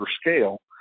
scale